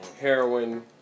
heroin